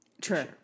True